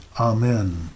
Amen